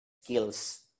skills